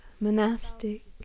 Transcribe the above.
monastic